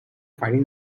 finding